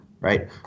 Right